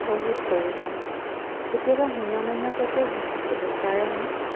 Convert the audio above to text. বহুত প্ৰয়োজন কেতিয়াবা হীনমন্য়তাটো ভুগিছিলোঁ কাৰণ